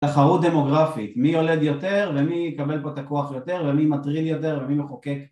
תחרות דמוגרפית, מי יולד יותר ומי יקבל פה את הכוח היותר ומי מטריד יותר ומי מחוקק